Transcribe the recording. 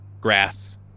grass